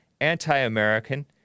anti-American